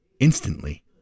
Instantly